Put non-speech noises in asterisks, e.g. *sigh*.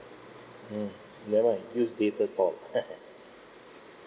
mm never I use data cloud *laughs*